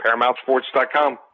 paramountsports.com